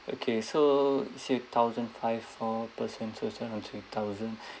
okay so six thousand five four person so this one is two thousand